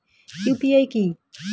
UPI কি?